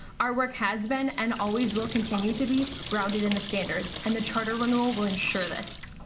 our work has been and always will continue to be grounded in the standards. and the charter renewal will ensure this.